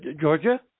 Georgia